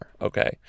Okay